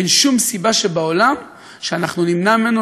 אין שום סיבה בעולם שאנחנו נמנע ממנו